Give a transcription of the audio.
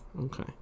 Okay